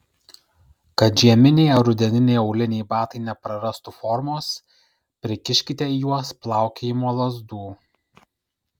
kad žieminiai ar rudeniniai auliniai batai neprarastų formos prikiškite į juos plaukiojimo lazdų